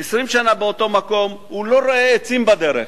20 שנה באותו מקום, הוא לא רואה עצים בדרך,